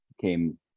came